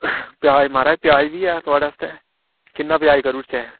प्याज महाराज प्याज बी ऐ थुआढ़े आस्तै किन्ना प्याज करी ओड़चै